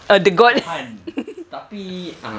ah the god